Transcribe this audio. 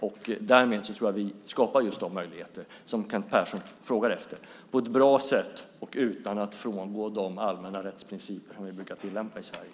Därmed tror jag att vi på ett bra sätt skapar just de möjligheter som Kent Persson frågar efter, utan att frångå de allmänna rättsprinciper som vi brukar tillämpa i Sverige.